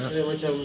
then macam